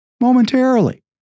Momentarily